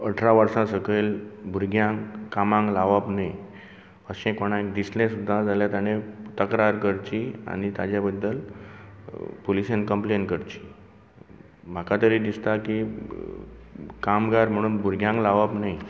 अठरा वर्सा सकयल भुरग्यांक कामाक लावप न्ही अशें कोणाक दिसलें सुद्दां जाल्यार तांणें तक्रार करची आनी ताचे बद्दल पुलिशेंत कंप्लेन करची म्हाका तरी दिसता की कामगार म्हुणोन भुरग्यांक लावप न्ही